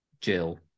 Jill